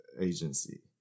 agency